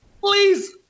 Please